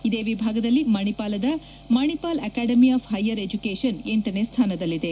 ಇದೇ ವಿಭಾಗದಲ್ಲಿ ಮಣಿಪಾಲದ Manipal academy of higher education ಎಂಟನೇ ಸ್ಥಾನದಲ್ಲಿದೆ